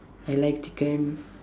I like chicken